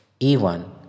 E1